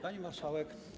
Pani Marszałek!